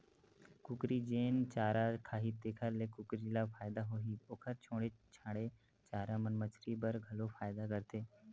कुकरी जेन चारा खाही तेखर ले कुकरी ल फायदा होही, ओखर छोड़े छाड़े चारा मन मछरी बर घलो फायदा करथे